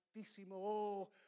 altísimo